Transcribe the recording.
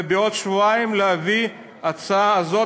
ובעוד שבועיים להביא את ההצעה הזאת,